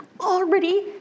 already